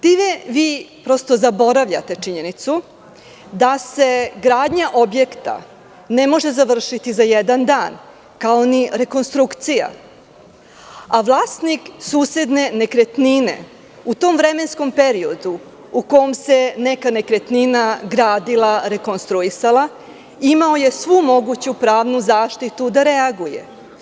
Time vi zaboravljate činjenicu da se gradnja objekta ne može završiti za jedan dan, kao ni rekonstrukcija, a vlasnik susedne nekretnine, u tom vremenskom periodu u kom se neka nekretnina gradila, rekonstruisala, imao je svu moguću pravnu zaštitu da reaguje.